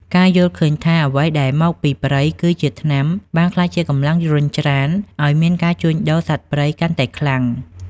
ការយល់ឃើញថា "អ្វីដែលមកពីព្រៃគឺជាថ្នាំ" បានក្លាយជាកម្លាំងរុញច្រានឱ្យមានការជួញដូរសត្វព្រៃកាន់តែខ្លាំង។